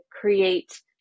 create